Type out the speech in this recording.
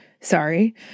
Sorry